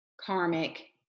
karmic